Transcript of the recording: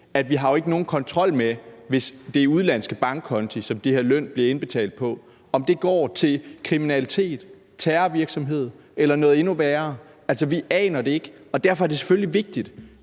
vi jo ikke har nogen kontrol med, hvis det er en udenlandsk bankkonto, som den her løn bliver indbetalt på, om det går til kriminalitet, terrorvirksomhed eller noget endnu værre. Altså, vi aner det ikke, og derfor er det selvfølgelig vigtigt,